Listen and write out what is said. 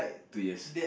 two years